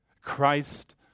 Christ